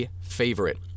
favorite